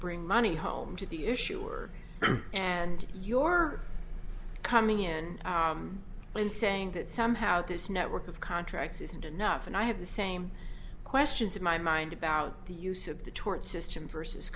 bring money home to the issuer and your coming in and saying that somehow this network of contracts isn't enough and i have the same questions in my mind about the use of the tort system versus